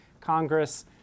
Congress